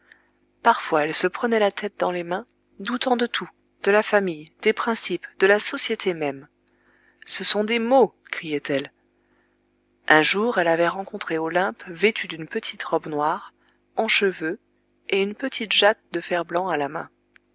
parfois elle se prenait la tête dans les mains doutant de tout de la famille des principes de la société même ce sont des mots criait-elle un jour elle avait rencontré olympe vêtue d'une petite robe noire en cheveux et une petite jatte de fer-blanc à la main